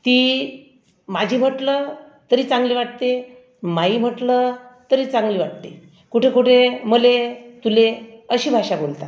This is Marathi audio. ती माझी म्हटलं तरी चांगली वाटते मायी म्हटलं तरी चांगली वाटते कुठे कुठे मले तुले अशी भाषा बोलतात